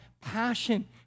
passion